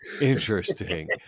Interesting